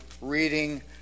reading